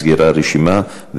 נסגרה הרשימה,